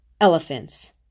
elephants